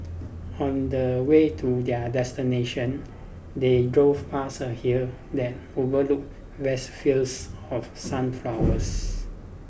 on the way to their destination they drove past a hill that overlook vast fields of sunflowers